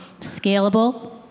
scalable